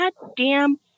goddamn